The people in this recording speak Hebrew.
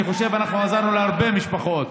אני חושב שאנחנו עזרנו להרבה משפחות.